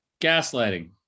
gaslighting